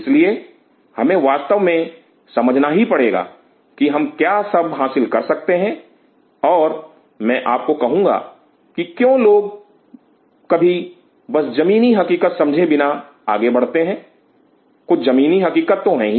इसलिए हमें वास्तव में समझना ही पड़ेगा कि हम क्या सब हासिल कर सकते हैं और मैं आपको कहूंगा कि क्यों कभी लोग बस जमीनी हकीकत समझे बिना Refer Time 0828 बढ़ते हैं कुछ जमीनी हकीकत तो हैं ही